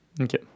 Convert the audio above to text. okay